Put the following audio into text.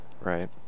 Right